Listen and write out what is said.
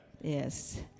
Yes